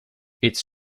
its